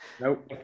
nope